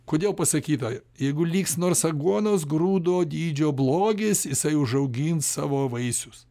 kodėl pasakyta jeigu liks nors aguonos grūdo dydžio blogis jisai užaugins savo vaisius